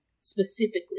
specifically